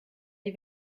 die